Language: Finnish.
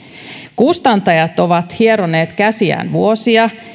kustantajat ovat hieroneet käsiään vuosia